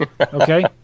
Okay